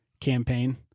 campaign